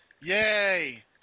Yay